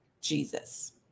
Jesus